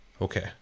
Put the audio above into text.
Okay